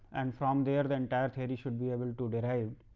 and from there the entire theory should be able to derived.